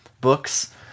books